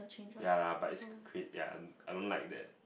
ya lah but is quite I don't like that